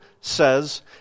says